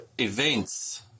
events